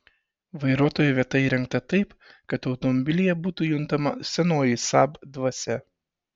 vairuotojo vieta įrengta taip kad automobilyje būtų juntama senoji saab dvasia